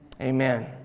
amen